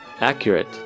Accurate